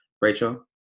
Rachel